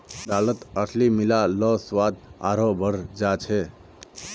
दालत अलसी मिला ल स्वाद आरोह बढ़ जा छेक